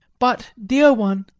but, dear one,